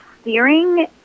steering